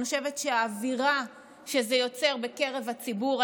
אני חושבת שהאווירה שזה יוצר בקרב הציבור,